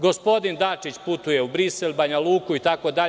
Gospodin Dačić putuje u Brisel, Banja Luku itd.